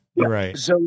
Right